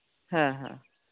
ᱦᱮᱸ ᱦᱮᱸ